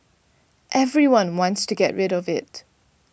everyone wants to get rid of it